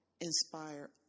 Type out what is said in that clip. inspire